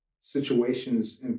situations